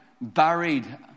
buried